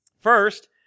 First